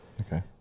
okay